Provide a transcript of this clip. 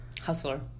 Hustler